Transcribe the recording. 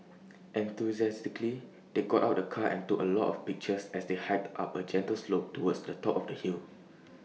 enthusiastically they got out the car and took A lot of pictures as they hiked up A gentle slope towards the top of the hill